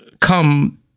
come